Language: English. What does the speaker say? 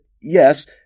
yes